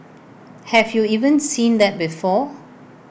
have you even seen that before